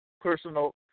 personal